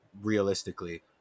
realistically